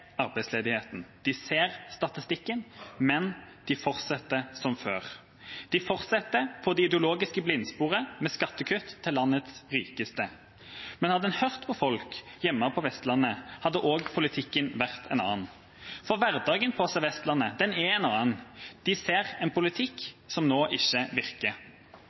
arbeidsledigheten – de ser statistikken – men de fortsetter som før. De fortsetter på det ideologiske blindsporet med skattekutt til landets rikeste. Men hadde en hørt på folk hjemme på Vestlandet, hadde også politikken vært en annen. Hverdagen på Sør-Vestlandet er en annen. Der ser man nå en politikk som ikke virker.